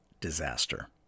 disaster